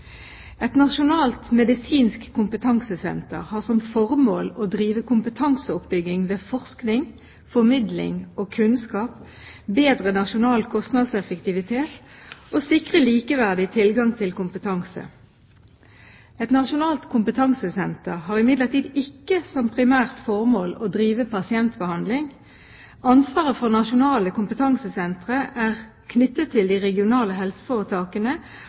Et nasjonalt medisinsk kompetansesenter har som formål å drive kompetanseoppbygging ved forskning, formidling og kunnskap, bedre nasjonal kostnadseffektivitet og sikre likeverdig tilgang til kompetanse. Et nasjonalt kompetansesenter har imidlertid ikke som primært formål å drive pasientbehandling. Ansvaret for nasjonale kompetansesentre er knyttet til de regionale helseforetakene